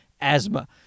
asthma